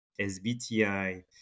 SBTI